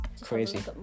Crazy